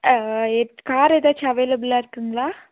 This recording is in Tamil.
எத் கார் ஏதாச்சும் அவைலபுளாக இருக்குங்களா